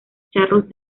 charros